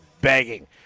begging